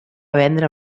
vendre